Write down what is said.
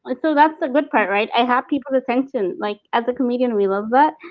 and so that's the good part, right? i have people's attention, like as a comedian we love that.